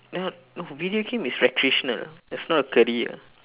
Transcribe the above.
no no video game is recreational it's not a career